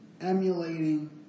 emulating